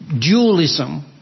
dualism